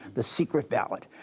the secret ballot,